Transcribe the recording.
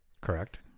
Correct